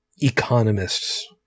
economists